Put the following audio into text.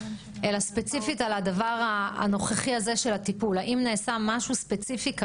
אלא ספציפית על הדבר הנוכחי הזה של הטיפול: האם נעשה משהו ספציפי כרגע,